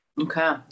Okay